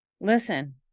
Listen